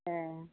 एह